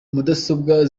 mudasobwa